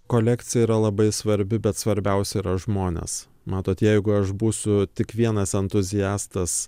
kolekcija yra labai svarbi bet svarbiausia yra žmonės matot jeigu aš būsiu tik vienas entuziastas